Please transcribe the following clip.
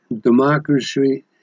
democracy